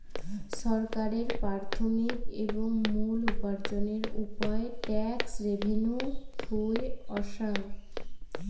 ছরকারের প্রাথমিক এবং মুল উপার্জনের উপায় ট্যাক্স রেভেন্যু থুই অসাং